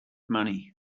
money